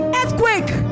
earthquake